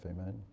amen